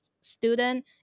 student